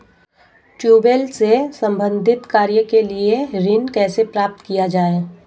Tubewell से संबंधित कार्य के लिए ऋण कैसे प्राप्त किया जाए?